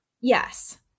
Yes